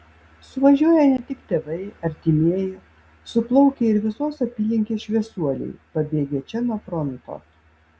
suvažiuoja ne tik tėvai artimieji suplaukia ir visos apylinkės šviesuoliai pabėgę čia nuo fronto